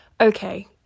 okay